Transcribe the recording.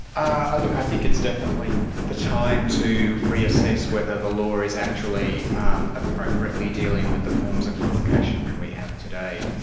ah look, i think it's definitely the time to reassess whether the law is actually appropriately dealing with the forms of publication that we have today.